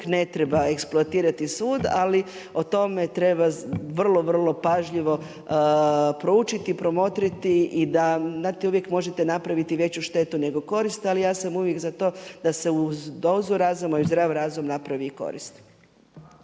ne treba eksploatirati svuda, ali o tome treba vrlo vrlo pažljivo proučiti, promotriti i da znate uvijek možete napraviti veću štetu nego korist. Ali ja sam uvijek za to, da se uz dozu razuma i uz zdrav razum napravi i korist.